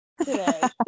today